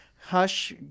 hush